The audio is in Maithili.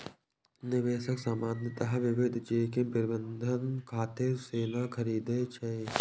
निवेशक सामान्यतः विविध जोखिम प्रबंधन खातिर सोना खरीदै छै